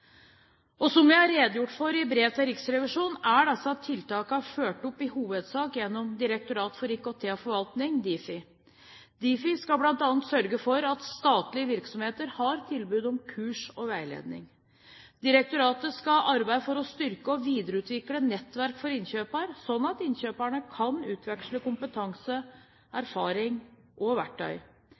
forholdene. Som jeg har redegjort for i brev til Riksrevisjonen, er disse tiltakene fulgt opp i hovedsak gjennom Direktoratet for IKT og forvaltning, Difi. Difi skal bl.a. sørge for at statlige virksomheter har tilbud om kurs og veiledning. Direktoratet skal arbeide for å styrke og videreutvikle nettverk for innkjøpere, slik at innkjøperne kan utveksle kompetanse, erfaring og verktøy.